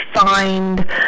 find